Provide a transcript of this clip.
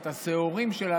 את השעורים שלה,